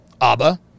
Abba